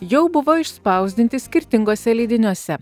jau buvo išspausdinti skirtinguose leidiniuose